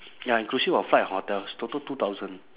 ya inclusive of flight and hotels total two thousand